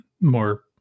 more